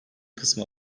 kısmı